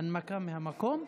הנמקה מהמקום?